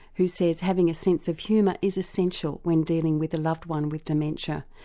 who says having a sense of humour is essential when dealing with a loved one with dementia.